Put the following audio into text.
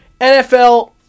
NFL